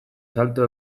salto